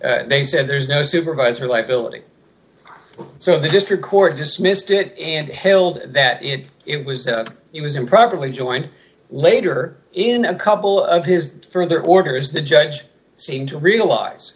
they said there's no supervisor liability so the district court dismissed it and held that it it was it was improperly joint later in a couple of his further orders the judge seemed to realize